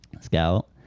scout